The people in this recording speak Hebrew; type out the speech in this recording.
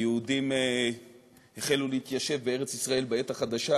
היהודים החלו להתיישב בארץ-ישראל בעת החדשה